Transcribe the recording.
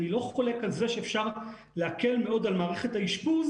אני לא חולק על זה שאפשר להקל מאוד על מערכת האשפוז,